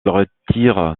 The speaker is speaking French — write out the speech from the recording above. retire